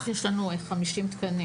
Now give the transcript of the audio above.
יש לנו חמישים תקנים